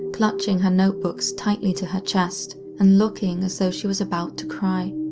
clutching her notebooks tightly to her chests, and looking as though she was about to cry.